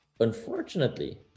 Unfortunately